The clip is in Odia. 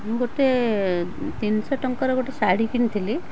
ମୁଁ ଗୋଟେ ତିନିଶହ ଟଙ୍କାର ଗୋଟେ ଶାଢ଼ୀ କିଣିଥିଲି